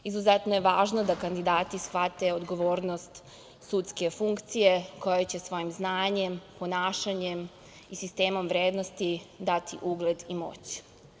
Izuzetno je važno da kandidati shvate odgovornost sudske funkcije, kojoj će svojim znanjem, ponašanjem i sistemom vrednosti dati ugled i moć.